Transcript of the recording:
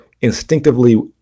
instinctively